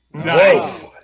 nice